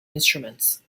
instruments